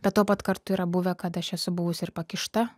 bet tuo pat kartu yra buvę kad aš esu buvusi ir pakišta